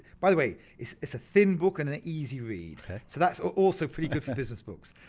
by the way, it's it's a thin book and an easy read so that's also pretty good for business books.